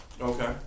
Okay